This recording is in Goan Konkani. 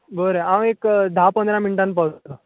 बरें हांव एक धा पंदरा मिन्टान पावता